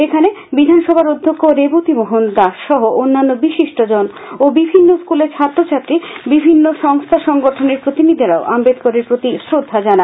এখানে বিধানসভার অধ্যক্ষ রেবতী মোহন দাস সহ অন্যান্য বিশিষ্টজনও বিভিন্ন স্কুলের ছাত্রছাত্রী বিভিন্ন সংস্থা সংগঠনের প্রতিনিধিরাও আম্বেদকরের প্রতি শ্রদ্ধা জানান